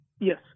Yes